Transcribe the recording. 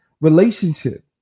relationship